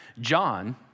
John